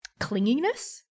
clinginess